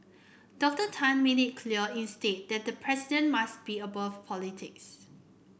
Doctor Tan made it clear instead that the president must be above politics